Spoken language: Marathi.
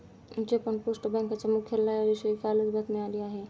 जपान पोस्ट बँकेच्या मुख्यालयाविषयी कालच बातमी आली आहे